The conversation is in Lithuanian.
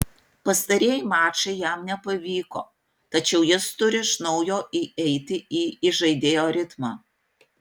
pastarieji mačai jam nepavyko tačiau jis turi iš naujo įeiti į įžaidėjo ritmą